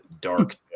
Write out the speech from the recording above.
dark